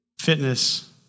fitness